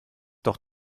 doch